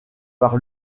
par